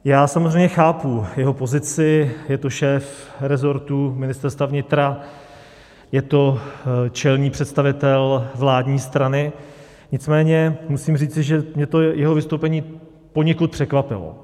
Já samozřejmě chápu jeho pozici, je to šéf resortu Ministerstva vnitra, je to čelný představitel vládní strany, nicméně musím říci, že mě to jeho vystoupení poněkud překvapilo.